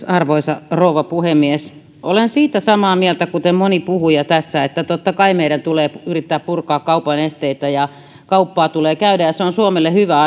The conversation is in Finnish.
arvoisa rouva puhemies olen siitä samaa mieltä kuten moni puhuja tässä että totta kai meidän tulee yrittää purkaa kaupan esteitä ja kauppaa tulee käydä ja se on suomelle hyvä